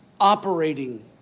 operating